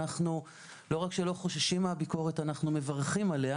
אנחנו לא רק שלא חוששים מהביקורת אלא אנחנו מברכים עליה